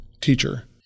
teacher